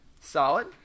Solid